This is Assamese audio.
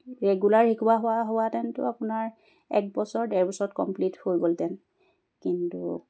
ৰেগুলাৰ শিকোৱা হোৱা হোৱাহেঁতেনটো আপোনাৰ এক বছৰ ডেৰ বছৰত কমপ্লিট হৈ গ'লহেঁতেন কিন্তু